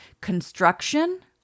construction